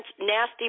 nasty